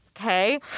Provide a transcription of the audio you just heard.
okay